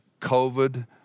COVID